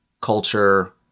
culture